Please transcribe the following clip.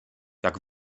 jak